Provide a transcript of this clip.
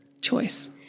choice